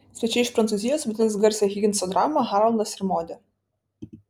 svečiai iš prancūzijos vaidins garsią higinso dramą haroldas ir modė